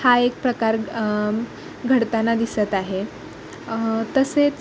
हा एक प्रकार घडताना दिसत आहे तसेच